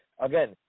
Again